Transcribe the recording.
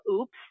oops